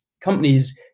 companies